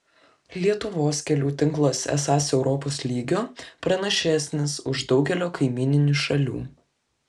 lietuvos kelių tinklas esąs europos lygio pranašesnis už daugelio kaimyninių šalių